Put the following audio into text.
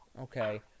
Okay